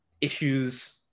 issues